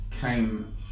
came